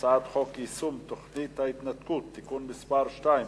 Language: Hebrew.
הצעת חוק שוויון זכויות לאנשים עם מוגבלות (תיקון מס' 9)